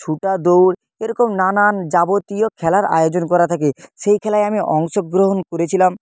ছোটা দৌড় এরকম নানান যাবতীয় খেলার আয়োজন করা থাকে সেই খেলায় আমি অংশগ্রহণ করেছিলাম